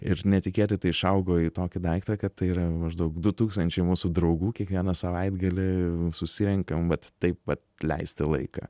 ir netikėtai tai išaugo į tokį daiktą kad tai yra maždaug du tūkstančiai mūsų draugų kiekvieną savaitgalį susirenkam vat taip va leisti laiką